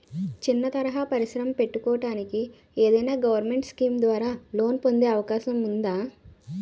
చిన్న తరహా పరిశ్రమ పెట్టుకోటానికి ఏదైనా గవర్నమెంట్ స్కీం ద్వారా లోన్ పొందే అవకాశం ఉందా?